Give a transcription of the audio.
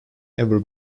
ever